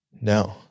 no